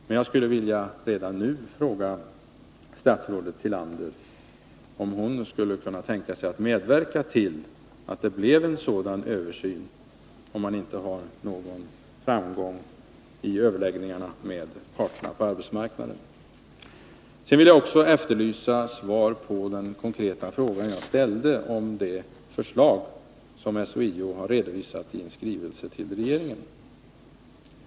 Men jag skulle redan nu vilja fråga statsrådet Tillander om hon skulle kunna tänka sig att medverka till att det blev en sådan översyn om man inte har någon framgång i överläggningarna med parterna på arbetsmarknaden. Sedan vill jag också efterlysa svar på den konkreta fråga jag ställde om det förslag som SHIO har redovisat i skrivelse till regeringen.